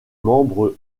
membres